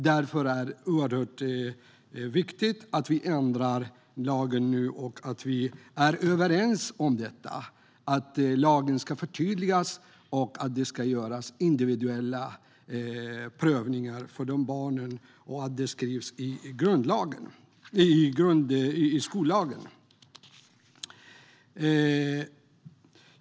Därför är det oerhört viktigt att vi ändrar lagen nu, att vi är överens om att lagen ska förtydligas, att det ska göras individuella prövningar för dessa barn och att det skrivs in i skollagen.